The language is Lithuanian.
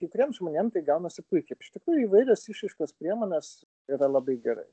kai kuriem žmonėm tai gaunasi puikiai iš tikrųjų įvairios išraiškos priemonės yra labai gerai